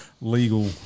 legal